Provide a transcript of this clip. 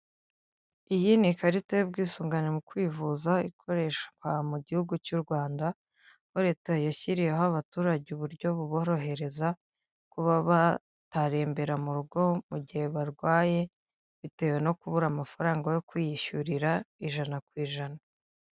Iyi ni ikarita y'ubwisungane mu kwivuza ikoreshwa mu gihugu cy'u Rwanda, aho leta yashyiriweho abaturage uburyo buborohereza kuba batarembera mu rugo mu gihe barwaye, bitewe no kubura amafaranga yo kwiyishyurira ijana ku ijana.